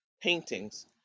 paintings